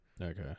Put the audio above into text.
Okay